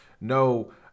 no